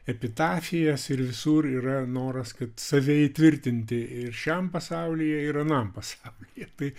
epitafijas ir visur yra noras kad save įtvirtinti ir šiam pasaulyje ir anam pasaulyje tai